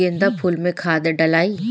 गेंदा फुल मे खाद डालाई?